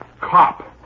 Cop